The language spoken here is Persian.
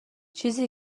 چیزی